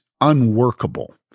unworkable